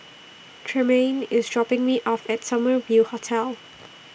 Tremayne IS dropping Me off At Summer View Hotel